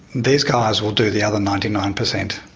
these guys will do the other ninety nine percent.